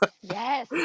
yes